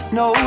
no